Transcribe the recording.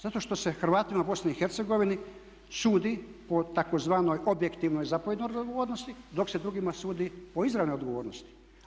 Zato što se Hrvatima u BiH sudi po tzv. objektivnoj zapovjednoj odgovornosti dok se drugima sudi po izravnoj odgovornosti.